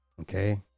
Okay